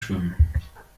schwimmen